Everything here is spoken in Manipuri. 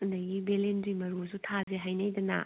ꯑꯗꯒꯤ ꯕꯦꯂꯦꯟꯗ꯭ꯔꯤ ꯃꯔꯨꯁꯨ ꯊꯥꯁꯤ ꯍꯥꯏꯅꯩꯗꯅ